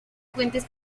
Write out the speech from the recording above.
puentes